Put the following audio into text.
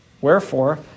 Wherefore